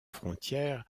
frontière